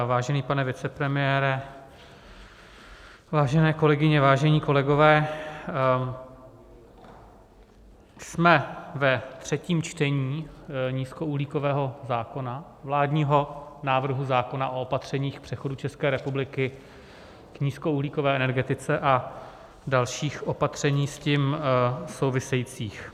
Vážený pane vicepremiére, vážené kolegyně, vážení kolegové, jsme ve třetím čtení nízkouhlíkového zákona, vládního návrhu zákona o opatřeních k přechodu České republiky k nízkouhlíkové energetice a dalších opatřeních s tím souvisejících.